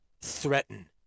threaten